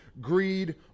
greed